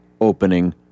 opening